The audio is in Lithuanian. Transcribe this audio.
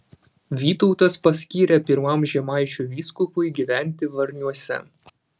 vytautas paskyrė pirmam žemaičių vyskupui gyventi varniuose